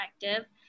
effective